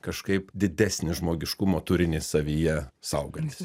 kažkaip didesnį žmogiškumo turinį savyje saugantys